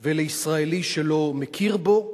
ולישראלי שלא מכיר בו,